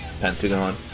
Pentagon